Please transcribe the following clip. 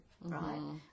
right